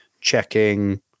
checking